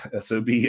sob